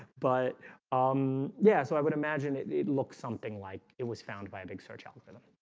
but um yeah, so i would imagine it it looks something like it was found by a big search algorithm